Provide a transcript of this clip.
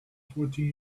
fourteen